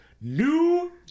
New